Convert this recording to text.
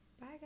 bye